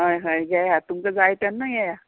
हय हय येया तुमकां जाय तेन्ना येया